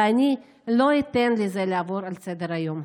ואני לא אתן לזה לעבור לסדר-היום.